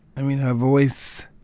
i mean, her voice